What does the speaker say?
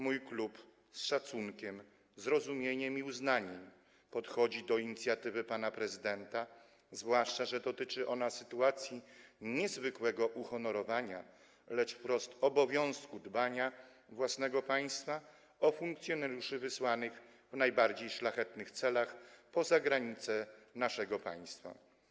Mój klub z szacunkiem, ze zrozumieniem i z uznaniem podchodzi do inicjatywy pana prezydenta, zwłaszcza że dotyczy ona nie zwykłego uhonorowania, lecz wprost obowiązku dbania o funkcjonariuszy wysyłanych w najbardziej szlachetnych celach poza granice naszego państwa.